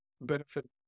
benefit